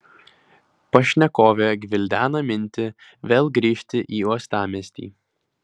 pašnekovė gvildena mintį vėl grįžti į uostamiestį